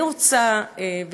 אני רוצה,